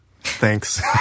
Thanks